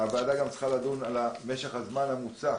הוועדה צריכה לדון על משך הזמן המוצע.